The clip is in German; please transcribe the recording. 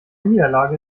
niederlage